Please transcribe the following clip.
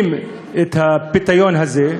את הפיתיון הזה,